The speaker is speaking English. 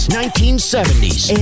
1970s